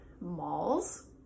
Malls